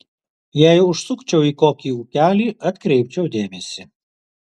jei užsukčiau į kokį ūkelį atkreipčiau dėmesį